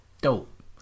Dope